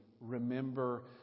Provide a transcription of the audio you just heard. remember